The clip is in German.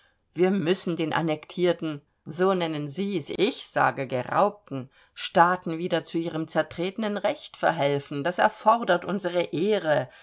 wir müssen den anektierten so nennen sie's ich sage geraubten staaten wieder zu ihrem zertretenen recht verhelfen das erfordert unsere ehre